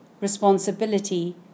responsibility